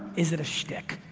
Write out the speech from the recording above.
is it a shtick?